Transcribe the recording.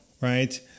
right